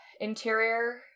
interior